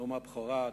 נאום הבכורה,